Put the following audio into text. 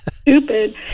stupid